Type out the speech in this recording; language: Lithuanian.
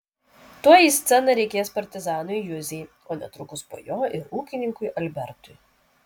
tuoj į sceną reikės partizanui juzei o netrukus po jo ir ūkininkui albertui